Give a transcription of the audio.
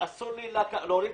והם מתבצעים